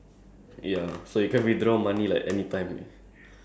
it's like become an uh portable A_T_M machine